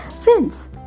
Friends